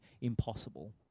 impossible